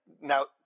now